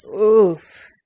Oof